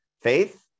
faith